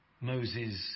Moses